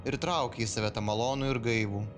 ir trauki į save tą malonų ir gaivų